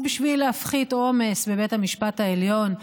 אז בשביל להפחית עומס בבית המשפט העליון,